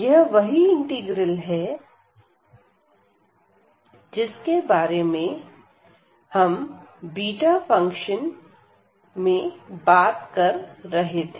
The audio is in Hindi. यह वही इंटीग्रल है जिसके बारे में हम बीटा फंक्शन में बात कर रहे थे